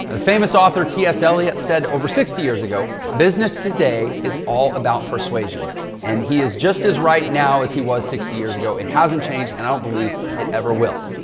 the famous author, ts elliot said over sixty years ago, business today is all about persuasion and he is just as right now as he was sixty years ago. it hasn't changed and i don't believe it ever will.